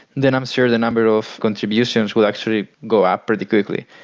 then i'm sure the number of contributions would actually go up pretty quickly.